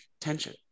tension